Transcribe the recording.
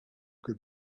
could